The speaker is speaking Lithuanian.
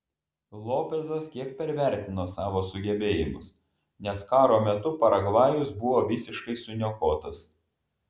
lopezas kiek pervertino savo sugebėjimus nes karo metu paragvajus buvo visiškai suniokotas